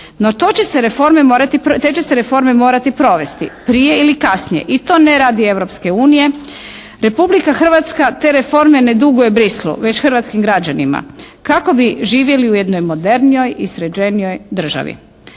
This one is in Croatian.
te će se reforme morati provesti prije ili kasnije i to ne radi Europske unije. Republika Hrvatska te reforme ne duguje Bruxellesu već hrvatskim građanima kako bi živjeli u jednoj modernijoj i sređenijoj državi.